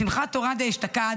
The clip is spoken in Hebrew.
בשמחת תורה דאשתקד,